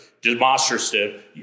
demonstrative